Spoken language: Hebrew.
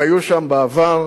הם היו שם בעבר,